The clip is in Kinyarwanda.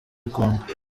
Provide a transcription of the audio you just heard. bikunda